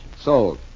Sold